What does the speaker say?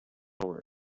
hour